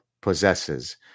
possesses